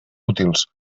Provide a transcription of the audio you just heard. útils